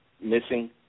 missing